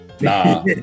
Nah